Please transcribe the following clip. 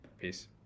Peace